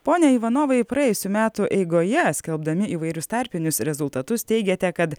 pone ivanovai praėjusių metų eigoje skelbdami įvairius tarpinius rezultatus teigėte kad